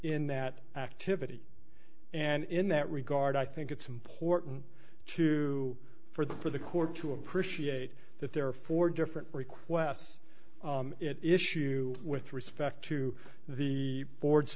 in that activity and in that regard i think it's important to for the for the court to appreciate that there are four different requests issue with respect to the board